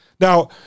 Now